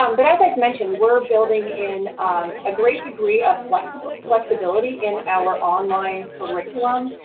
um but, as i'd mentioned we're building in a great degree of flexibility flexibility in our online curriculum.